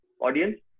Audience